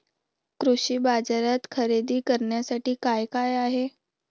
कृषी बाजारात खरेदी करण्यासाठी काय काय आहे?